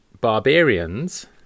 Barbarians